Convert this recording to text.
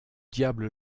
diable